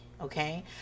okay